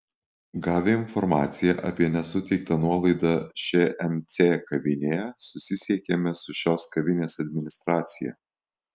gavę informaciją apie nesuteiktą nuolaidą šmc kavinėje susisiekėme su šios kavinės administracija